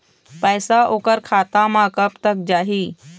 पैसा ओकर खाता म कब तक जाही?